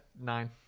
Nine